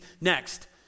next